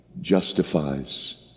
justifies